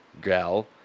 gal